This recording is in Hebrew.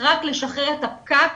רק לשחרר את הפקק